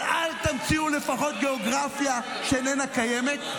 אבל לפחות אל תמציאו גיאוגרפיה שאיננה קיימת,